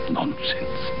nonsense